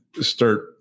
start